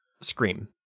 Scream